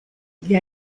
gli